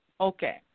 Okay